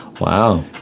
wow